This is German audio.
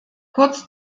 kurz